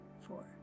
four